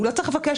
הוא לא צריך לבקש.